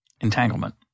entanglement